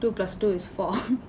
two plus two is four